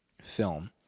film